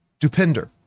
Dupinder